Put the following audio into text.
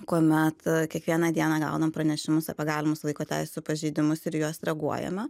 kuomet kiekvieną dieną gaunam pranešimus apie galimus vaiko teisių pažeidimus ir į juos reaguojame